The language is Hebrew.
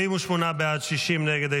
48 בעד, 60 נגד.